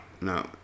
no